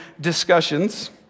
discussions